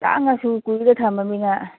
ꯇꯥꯡꯉꯁꯨ ꯀꯨꯏꯅ ꯊꯝꯃꯃꯤꯅ